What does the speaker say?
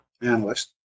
analyst